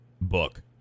book